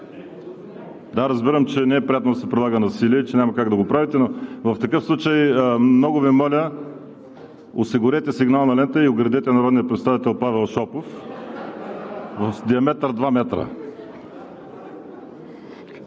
Разбирам, че не е приятно да се прилага насилие и че няма как да го направите, но… В такъв случай, много Ви моля, осигурете сигнална лента и оградете народния представител Павел Шопов в диаметър два метра.